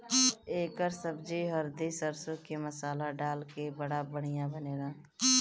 एकर सब्जी हरदी सरसों के मसाला डाल के बड़ा बढ़िया बनेला